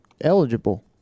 eligible